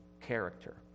character